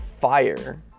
fire